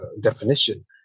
definition